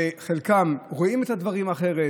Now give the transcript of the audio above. וחלקם רואים את הדברים אחרת,